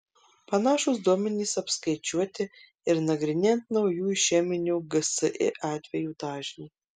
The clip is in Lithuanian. panašūs duomenys apskaičiuoti ir nagrinėjant naujų išeminio gsi atvejų dažnį